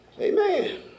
Amen